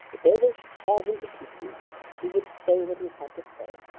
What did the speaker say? but though they should tear him to pieces he would say what he had to say.